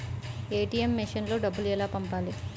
ATM మెషిన్లో డబ్బులు ఎలా పంపాలి?